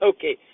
Okay